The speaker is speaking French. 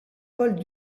paul